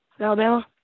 Alabama